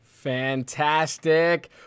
Fantastic